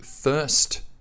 first